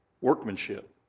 workmanship